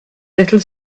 little